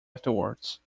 afterwards